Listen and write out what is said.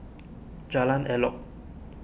Jalan Elok